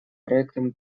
проектом